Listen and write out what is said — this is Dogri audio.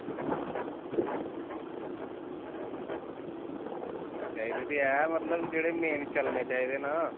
चाहिदे ते ऐ मतलब जेहड़े मेन चलने चाहिदे ना